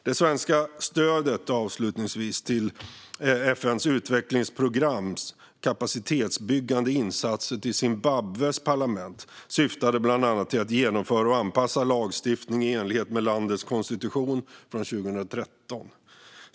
Det svenska stödet till FN:s utvecklingsprograms kapacitetsbyggande insatser för Zimbabwes parlament syftade bland annat till att genomföra och anpassa lagstiftning i enlighet med landets konstitution från 2013.